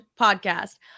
podcast